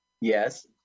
Yes